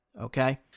okay